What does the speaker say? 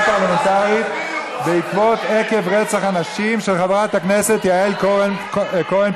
פרלמנטרית בעקבות היקף רצח הנשים של חברת הכנסת יעל כהן-פארן.